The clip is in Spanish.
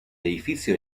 edificio